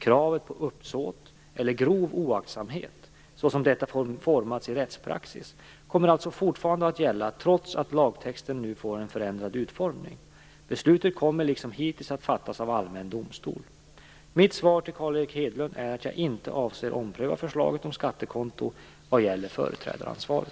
Kravet på uppsåt eller grov oaktsamhet, så som detta formats i rättspraxis, kommer alltså fortfarande att gälla, trots att lagtexten nu får en förändrad utformning. Besluten kommer liksom hittills att fattas av allmän domstol. Mitt svar till Carl Erik Hedlund är att jag inte avser att ompröva förslaget om skattekonto vad gäller företrädaransvaret.